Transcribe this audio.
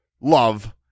love